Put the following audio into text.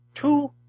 two